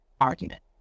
argument